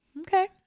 Okay